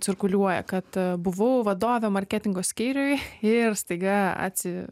cirkuliuoja kad buvau vadovė marketingo skyriuj ir staiga atsi